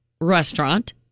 restaurant